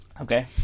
Okay